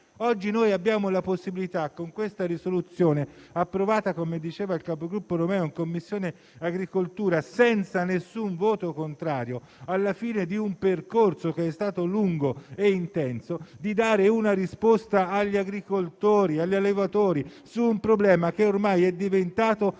Oggi abbiamo la possibilità, con questa risoluzione, approvata - come diceva il capogruppo Romeo - in Commissione agricoltura senza alcun voto contrario, alla fine di un percorso lungo e intenso, di dare una risposta agli agricoltori e agli allevatori su un problema che ormai è diventato